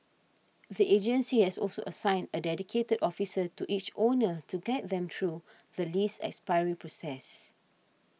the agency has also assigned a dedicated officer to each owner to guide them through the lease expiry process